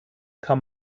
kann